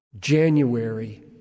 January